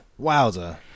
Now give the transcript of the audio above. Wowza